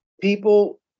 People